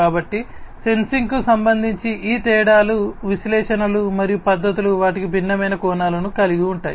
కాబట్టి సెన్సింగ్కు సంబంధించి ఈ తేడాలు విశ్లేషణలు మరియు పద్దతులు వాటికి భిన్నమైన కోణాలను కలిగి ఉంటాయి